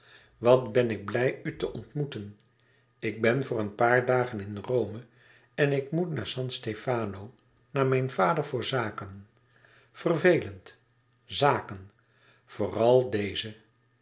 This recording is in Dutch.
wat ben ik blij u te ontmoeten ik ben voor een paar dagen in rome en ik moet naar san stefano naar mijn vader voor zaken vervelende zaken vooral deze